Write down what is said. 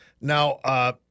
Now